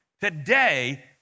Today